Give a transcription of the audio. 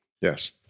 Yes